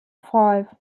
five